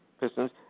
Pistons